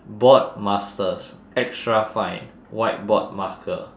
board masters extra fine whiteboard marker